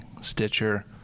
Stitcher